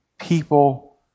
people